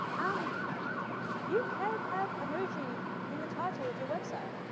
um you can have emoji in the title of your website.